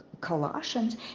Colossians